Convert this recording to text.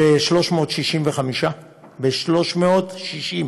ב-360,